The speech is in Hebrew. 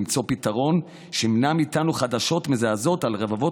למצוא פתרון שימנע מאיתנו חדשות מזעזעות על רבבות